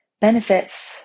benefits